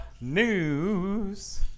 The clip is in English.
news